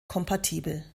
kompatibel